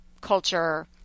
culture